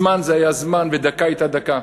זמן היה זמן ודקה הייתה דקה.